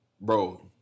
bro